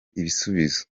ibisubizo